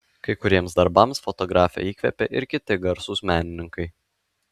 kai kuriems darbams fotografę įkvėpė ir kiti garsūs menininkai